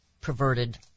perverted